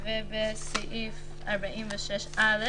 ובסעיף 46(א)